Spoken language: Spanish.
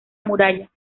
muralla